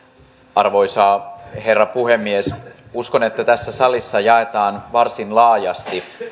arvoisa herra puhemies uskon että tässä salissa jaetaan varsin laajasti